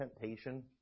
temptation